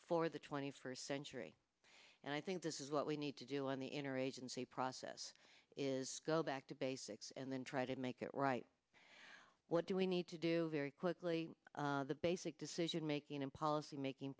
for the twenty first century and i think this is what we need to do on the inner agency process is go back to basic and then try to make it right what do we need to do very quickly the basic decision making and policy making